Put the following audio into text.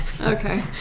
Okay